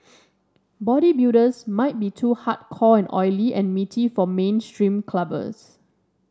bodybuilders might be too hardcore and oily and meaty for mainstream clubbers